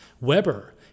Weber